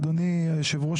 אדוני היושב-ראש,